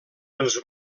els